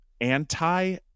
anti